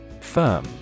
Firm